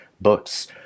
books